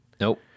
Nope